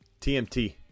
TMT